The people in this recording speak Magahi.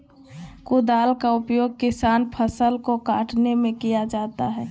कुदाल का उपयोग किया फसल को कटने में किया जाता हैं?